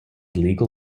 legal